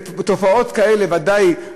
ובתופעות כאלה בוודאי,